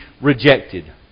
rejected